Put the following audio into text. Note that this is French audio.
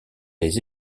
les